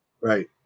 Right